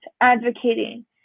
advocating